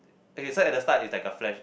okay at the start is like a flash